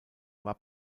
war